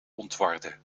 ontwarde